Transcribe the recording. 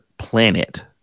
planet